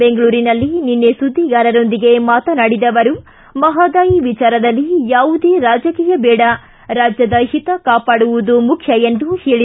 ಬೆಂಗಳೂರಿನಲ್ಲಿ ನಿನ್ನೆ ಸುಧಿಗಾರರೊಂದಿಗೆ ಮಾತನಾಡಿದ ಅವರು ಮಹದಾಯಿ ವಿಜಾರದಲ್ಲಿ ಯಾವುದೇ ರಾಜಕೀಯ ಬೇಡ ರಾಜ್ಯದ ಹಿತ ಕಾಪಾಡುವುದು ಮುಖ್ಯ ಎಂದು ಸಚಿವ ಡಿ